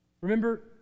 Remember